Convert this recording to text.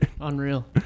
Unreal